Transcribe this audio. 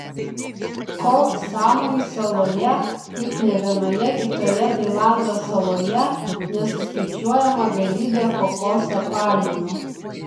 koh samui saloje kaip nė vienoje kitoje tailando saloje nesuskaičiuojama galybė kokoso palmių